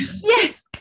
Yes